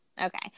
Okay